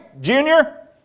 Junior